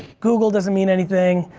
google doesn't mean anything,